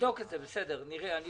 הוא